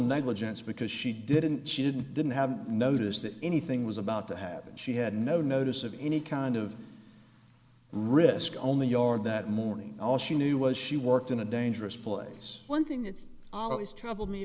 negligence because she didn't she didn't didn't have notice that anything was about to happen she had no notice of any kind of risk only yard that morning all she knew was she worked in a dangerous place one thing it's always tr